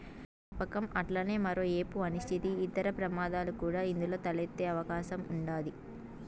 వ్యవస్థాపకతం అట్లనే మరో ఏపు అనిశ్చితి, ఇతర ప్రమాదాలు కూడా ఇందులో తలెత్తే అవకాశం ఉండాది